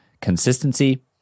consistency